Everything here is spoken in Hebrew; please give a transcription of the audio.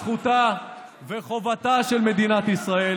זכותה וחובתה של מדינת ישראל